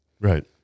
Right